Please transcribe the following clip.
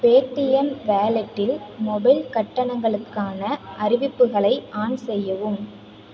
Paytm வாலெட்டில் mobile கட்டணங்களுக்கான அறிவிப்புகளை ஆன் செய்யவும்